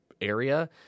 area